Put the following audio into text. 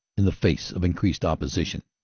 in the face of increased opposition,